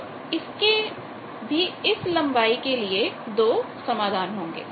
तो इसके भी इस लंबाई के लिए दो समाधान होंगे